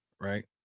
right